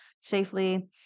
safely